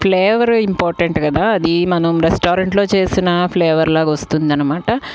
flavour important కదా అది మనం రెస్టారెంట్లో చేసిన ఫ్లేవర్ లాగా వస్తుందన్నమాట